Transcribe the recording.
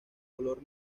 color